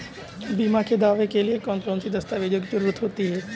बीमा के दावे के लिए कौन कौन सी दस्तावेजों की जरूरत होती है?